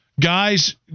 Guys